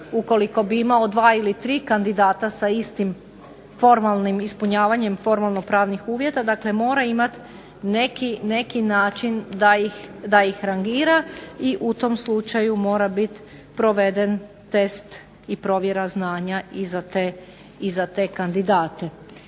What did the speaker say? ukoliko bi imao dva ili tri kandidata sa istim formalnim ispunjavanjem formalno-pravnih uvjeta, dakle mora imati neki način da ih rangira i u tom slučaju mora biti proveden test i provjera znanja i za te kandidate.